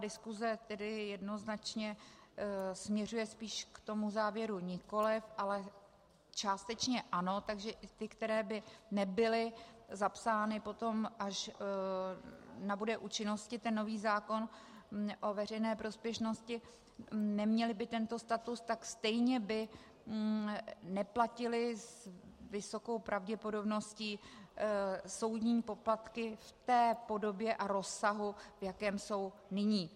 Diskuse jednoznačně směřuje spíš k závěru nikoliv, ale částečně ano, takže i ty, které by nebyly zapsány potom, až nabude účinnosti nový zákon o veřejné prospěšnosti, neměly by tento status, tak stejně by neplatily s vysokou pravděpodobností soudní poplatky v té podobě a v rozsahu, v jakém jsou nyní.